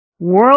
World